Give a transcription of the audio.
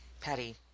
Patty